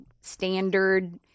standard